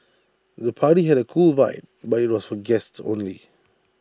the party had A cool vibe but IT was for guests only